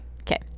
Okay